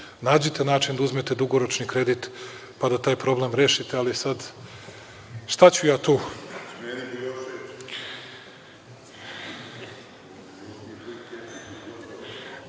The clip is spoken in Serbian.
Nađite način da uzmete dugoročni kredit, pa da taj problem rešite, ali sada, šta ću ja